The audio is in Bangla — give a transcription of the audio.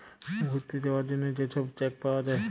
ঘ্যুইরতে যাউয়ার জ্যনহে যে ছব চ্যাক পাউয়া যায়